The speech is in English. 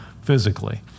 physically